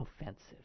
offensive